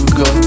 go